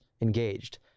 engaged